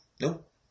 Nope